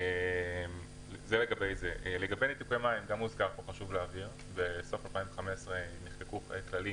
לגבי ניתוקי מים: בסוף 2015 נחקקו כללים